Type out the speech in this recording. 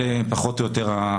אלה פחות או יותר המספרים.